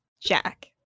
Jack